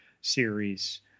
series